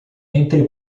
entre